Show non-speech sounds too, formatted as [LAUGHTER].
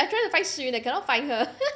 I trying to find Serene I cannot find her [LAUGHS]